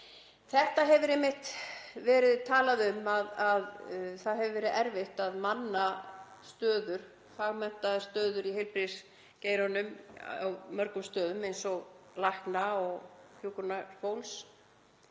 Það hefur einmitt verið talað um að það hafi verið erfitt að manna fagmenntaðar stöður í heilbrigðisgeiranum á mörgum stöðum, eins og lækna og hjúkrunarfólks,